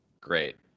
great